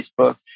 Facebook